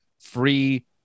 free